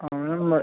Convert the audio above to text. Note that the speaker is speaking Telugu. అవునండి